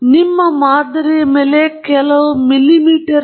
ಆದ್ದರಿಂದ ನಿಮ್ಮ ಮಾದರಿಯ ಮೇಲೆ ಕೇವಲ ಮಿಲಿಮೀಟರ್